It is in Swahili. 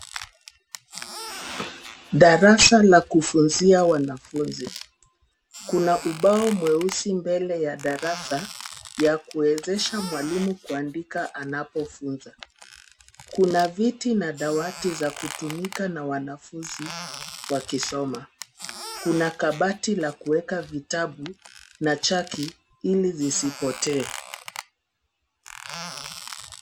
Darasa la kufunzia wanafunzi. Kuna ubao mweusi mbele ya darasa ya kuwezesha mwalimu kuandika anapofunza. Kuna viti na dawati za kutumika na wanafunzi wakisoma. Kuna kabati la kuweka vitabu na chati ili zisipotee.